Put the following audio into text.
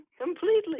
Completely